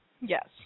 Yes